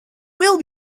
will